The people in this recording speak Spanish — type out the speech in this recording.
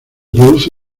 produce